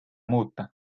muuta